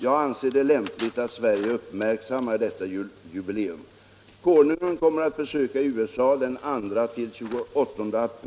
Jag anser det lämpligt att Sverige uppmärksammar detta jubileum.